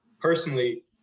personally